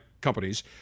companies